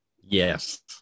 Yes